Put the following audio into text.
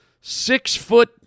six-foot